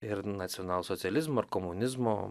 ir nacionalsocializmo ir komunizmo